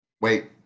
Wait